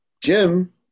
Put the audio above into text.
Jim